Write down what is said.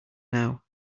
now